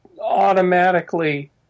automatically